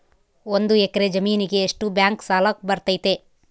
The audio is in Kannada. ಒಂದು ಎಕರೆ ಜಮೇನಿಗೆ ಎಷ್ಟು ಬ್ಯಾಂಕ್ ಸಾಲ ಬರ್ತೈತೆ?